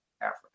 Africa